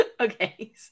okay